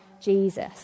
Jesus